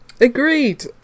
Agreed